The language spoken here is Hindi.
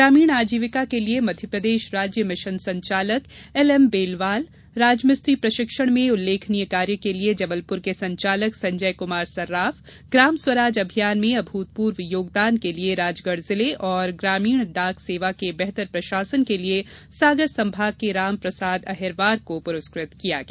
ग्रामीण आजीविका के लिए मध्यप्रदेश राज्य मिशन संचालक एल एम बेलवाल राजमिस्त्री प्रशिक्षण में उल्लेखनीय कार्य के लिए जबलपुर के संचालक संजय कुमार सर्राफ ग्राम स्वराज अभियान में अभूतपूर्व योगदान के लिए राजगढ़ जिले और ग्रामीण डाक सेवा के बेहतर प्रशासन के लिए सागर संभाग के राम प्रसाद अहिरवार को पूरस्कत किया गया